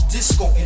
Disco